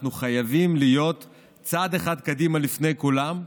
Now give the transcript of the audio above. אנחנו חייבים להיות צעד אחד קדימה לפני כולם,